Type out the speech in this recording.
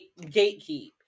gatekeep